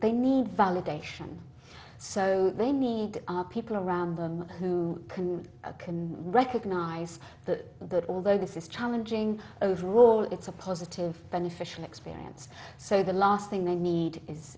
they need validation so they need our people around them who can recognize that although this is challenging overall it's a positive beneficial experience so the last thing they need is